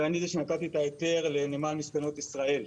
ואני זה שנתתי את ההיתר לנמל מספנות ישראל.